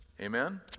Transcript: Amen